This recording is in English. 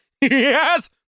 yes